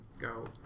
go